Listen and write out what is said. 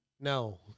No